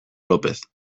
lopez